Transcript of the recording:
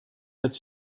met